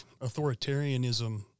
authoritarianism